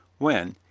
when,